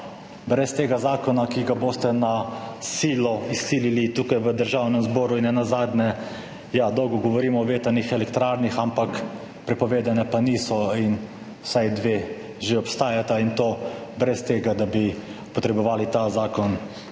brez tega zakona, ki ga boste na silo izsilili tukaj v Državnem zboru. Nenazadnje, ja, dolgo govorimo o vetrnih elektrarnah, ampak niso pa prepovedane in vsaj dve že obstajata in to brez tega, da bi potrebovali ta zakon,